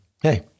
Hey